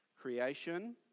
Creation